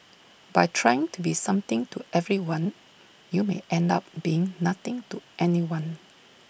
by trying to be something to everyone you may end up being nothing to anyone